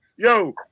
Yo